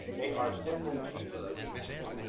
they are simply cheaper to